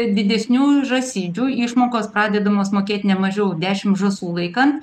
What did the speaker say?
didesnių žąsidžių išmokos pradedamos mokėti ne mažiau dešimt žąsų laikant